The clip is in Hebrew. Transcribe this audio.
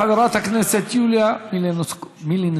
חברת הכנסת יוליה מלינובסקי.